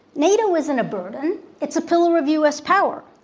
nato isn't a burden it's a pillar of u. s. power.